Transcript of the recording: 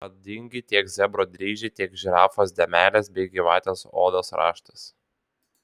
madingi tiek zebro dryžiai tiek žirafos dėmelės bei gyvatės odos raštas